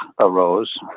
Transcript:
arose